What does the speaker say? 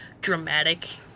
dramatic